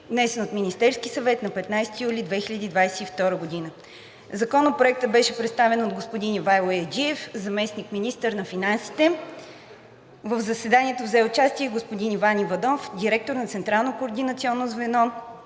внесен от Министерския съвет на 15 юли 2022 г. Законопроектът беше представен от господин Ивайло Яйджиев – заместник-министър на финансите. В заседанието взе участие и господин Иван Иванов – директор на